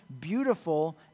beautiful